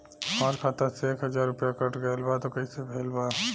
हमार खाता से एक हजार रुपया कट गेल बा त कइसे भेल बा?